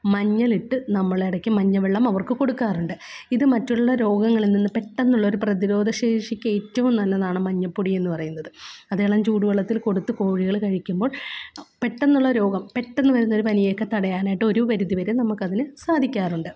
മഞ്ഞളിട്ട് നമ്മള് ഇടയ്ക്ക് മഞ്ഞ വെള്ളം അവർക്ക് കൊടുക്കാറുണ്ട് ഇത് മറ്റുള്ള രോഗങ്ങളിൽ നിന്ന് പെട്ടെന്നുള്ളൊരു പ്രതിരോധ ശേഷിക്കേറ്റവും നല്ലതാണ് മഞ്ഞള്പ്പൊടിയെന്ന് പറയുന്നത് അതിളം ചൂടു വെള്ളത്തിൽ കൊടുത്ത് കോഴികള് കഴിക്കുമ്പോൾ പെട്ടെന്നുള്ള രോഗം പെട്ടെന്ന് വരുന്നൊരു പനിയൊക്കെ തടയാനായിട്ടൊരുപരിധി വരെ നമുക്കതിന് സാധിക്കാറുണ്ട്